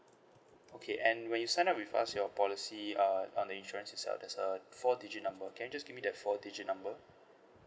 okay and when you sign up with us your policy uh on the insurance itself there's a four digit number can you just give me the four digit number